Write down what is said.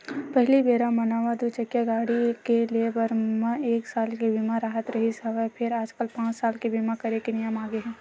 पहिली बेरा म नवा दू चकिया गाड़ी के ले बर म एके साल के बीमा राहत रिहिस हवय फेर आजकल पाँच साल के बीमा करे के नियम आगे हे